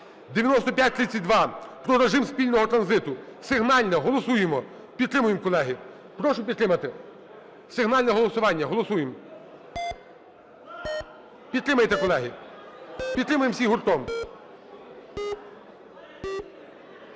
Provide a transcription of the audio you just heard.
8532 про режим спільного транзиту. Сигнальне! Голосуємо, підтримуємо, колеги. Прошу підтримати. Сигнальне голосування, голосуємо. Підтримуйте, колеги, підтримаємо всі гуртом.